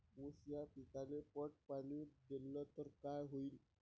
ऊस या पिकाले पट पाणी देल्ल तर काय होईन?